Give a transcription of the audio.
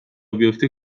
بیافته